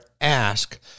ask